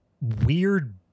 weird